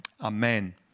amen